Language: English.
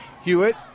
Hewitt